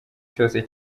cyose